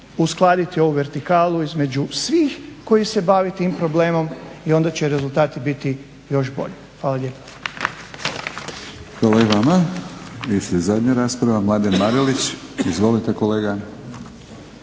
uskladiti ovu vertikalu između svih koji se bave tim problemom i onda će rezultati biti još bolji. Hvala lijepa.